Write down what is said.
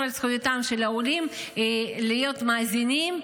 על זכויותיהם של העולים להיות מאזינים,